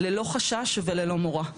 ללא חשש וללא מורא.